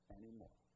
anymore